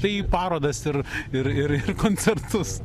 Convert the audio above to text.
tai į parodas ir ir ir ir koncertus